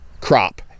crop